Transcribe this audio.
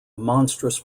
monstrous